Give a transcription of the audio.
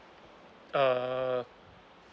uh